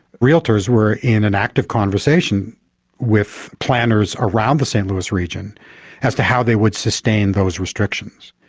realtors were in an active conversation with planners around the st louis region as to how they would sustain those restrictions.